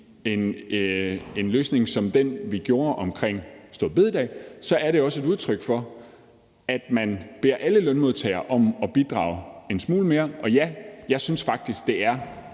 en løsning som den, vi gjorde med store bededag, er det også et udtryk for, at man beder alle lønmodtagere om at bidrage en smule mere. Og ja, jeg synes faktisk, at det er